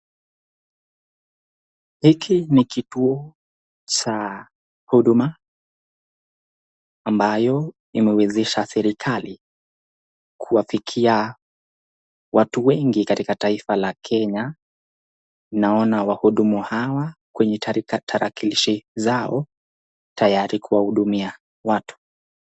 Hiki ni kituo cha huduma ambapo imewezesha serikali kuwafukia watu wengi katika taifa la Kenya , naona wahudumu hawa kwenye tarakilishi zao tayari kuwahudumia watu.